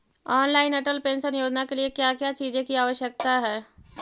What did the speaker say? Online Atal pension Yojana के लिए क्या क्या चीजों की आवश्यकता है?